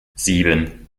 sieben